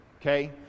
okay